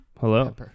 Hello